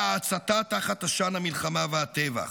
וההצתה, תחת עשן המלחמה והטבח.